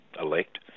elect